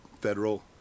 federal